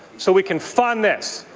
so we can fund this.